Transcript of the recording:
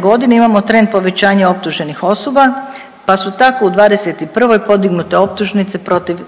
godine imamo trend povećanja optuženih osoba, pa su tako u 2021. podignute optužnice protiv